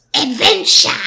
adventure